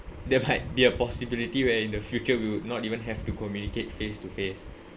they've had their possibility where in the future we would not even have to communicate face to face